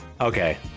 okay